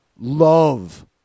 love